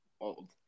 old